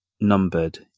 numbered